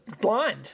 blind